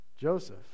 Joseph